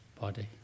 body